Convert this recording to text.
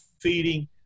feeding